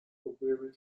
weary